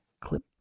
clip